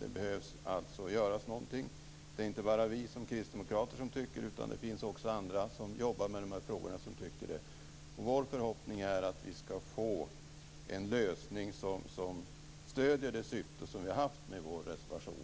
Det behövs alltså göras någonting. Det är inte bara vi kristdemokrater som tycker det, utan det finns också andra som jobbar med de här frågorna som tycker det. Vår förhoppning är att vi skall få en lösning som stöder det syfte som vi har haft med vår reservation.